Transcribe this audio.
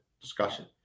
discussion